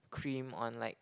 cream on like